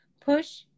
Push